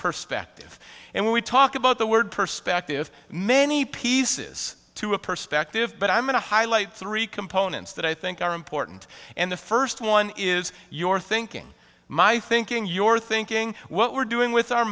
perspective and we talk about the word perspective many pieces to a perspective but i'm going to highlight three components that i think are important and the first one is your thinking my thinking your thinking what we're doing with our